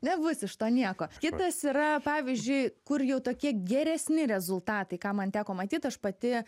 nebus iš to nieko kitas yra pavyzdžiui kur jau tokie geresni rezultatai ką man teko matyt aš pati